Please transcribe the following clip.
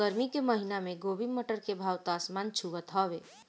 गरमी के महिना में गोभी, मटर के भाव त आसमान छुअत हवे